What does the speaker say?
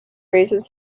raises